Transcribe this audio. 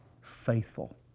faithful